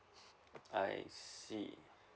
I see